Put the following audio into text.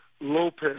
Lopez